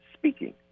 speaking